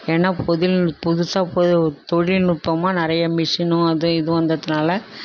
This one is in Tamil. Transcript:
ஏன்னா பொதின் புதுசாக புது தொழில்நுட்பமாக நிறைய மிஷினும் அது இதுவும் வந்ததுனால்